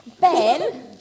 Ben